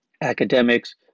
academics